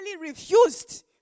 refused